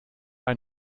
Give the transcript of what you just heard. ein